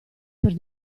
per